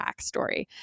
backstory